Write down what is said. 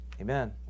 Amen